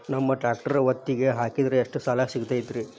ನಮ್ಮ ಟ್ರ್ಯಾಕ್ಟರ್ ಒತ್ತಿಗೆ ಹಾಕಿದ್ರ ಎಷ್ಟ ಸಾಲ ಸಿಗತೈತ್ರಿ?